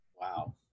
Wow